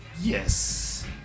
yes